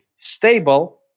stable